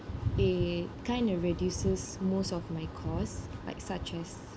eh kind of reduces most of my cost like such as